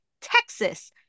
Texas